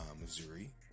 Missouri